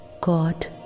God